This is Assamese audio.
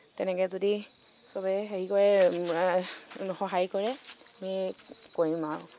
তেনেকৈ যদি চবে হেৰি কৰে সহায় কৰে আমি কৰিম আৰু